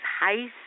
high